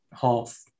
half